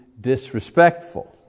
disrespectful